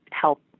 help